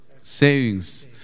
savings